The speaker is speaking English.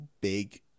big